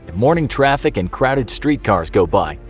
and morning traffic and crowded streetcars go by,